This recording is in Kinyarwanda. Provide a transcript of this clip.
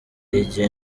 igihe